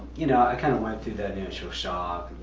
you know, i kind of like through that initial shock,